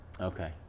okay